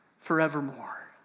forevermore